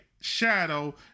Shadow